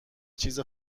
چیز